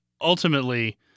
ultimately